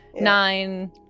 nine